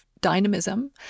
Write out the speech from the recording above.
dynamism